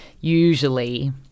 usually